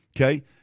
Okay